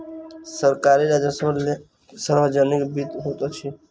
सरकारी राजस्वक लेल सार्वजनिक वित्त होइत अछि